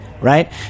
Right